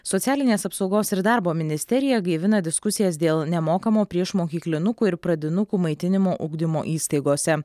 socialinės apsaugos ir darbo ministerija gaivina diskusijas dėl nemokamo priešmokyklinukų ir pradinukų maitinimo ugdymo įstaigose